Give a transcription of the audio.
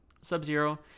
Sub-Zero